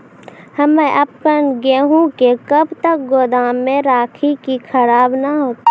हम्मे आपन गेहूँ के कब तक गोदाम मे राखी कि खराब न हते?